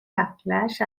backlash